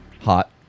hot